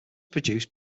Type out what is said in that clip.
produced